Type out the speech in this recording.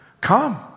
Come